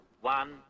one